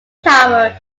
tower